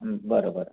बरं बरं